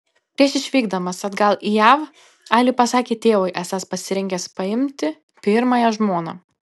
prieš išvykdamas atgal į jav ali pasakė tėvui esąs pasirengęs paimti pirmąją žmoną